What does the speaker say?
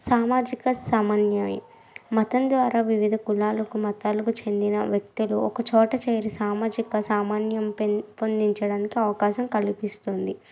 సామాజిక సమన్యాయం మతం ద్వారా వివిధ కులాలకు మతాలకు చెందిన వ్యక్తులు ఒక చోట చేరి సామాజిక సామాన్యం పెంపొందించడానికి అవకాశం కల్పిస్తుంది